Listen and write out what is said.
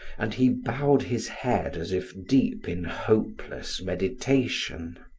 and he bowed his head as if deep in hopeless meditation.